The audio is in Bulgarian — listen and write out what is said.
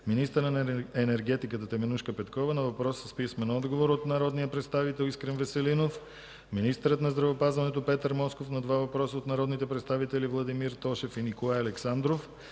министърът на енергетиката Теменужка Петкова – на въпрос с писмен отговор от народния представител Искрен Веселинов; - министърът на здравеопазването Петър Москов – на два въпроса от народните представители Владимир Тошев, и Николай Александров;